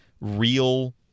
real